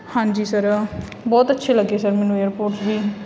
ਹਾਂਜੀ ਸਰ ਬਹੁਤ ਅੱਛੇ ਲੱਗੇ ਸਰ ਮੈਨੂੰ ਏਅਰਪੋਰਡਸ ਵੀ